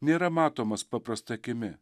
nėra matomas paprasta akimi